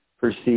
perceive